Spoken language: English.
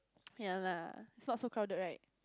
ya lah it's not so crowded right